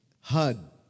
HUD